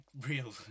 real